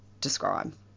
describe